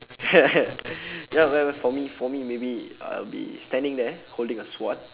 ya ya ya for me for me maybe I'll be standing there holding a sword